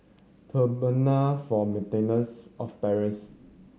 Tribunal for Maintenance of Parents